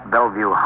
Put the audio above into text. Bellevue